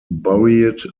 buried